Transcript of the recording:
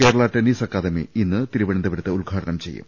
Kerala tennis academy ഇന്ന് തിരുവനന്തപുരത്ത് ഉദ്ഘാ ടനം ചെയ്യും